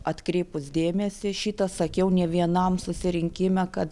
atkreipus dėmesį šitą sakiau ne vienam susirinkime kad